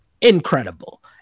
incredible